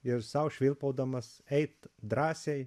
ir sau švilpaudamas eit drąsiai